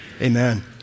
Amen